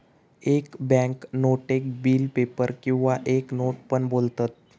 एक बॅन्क नोटेक bill paper किंवा एक नोट पण बोलतत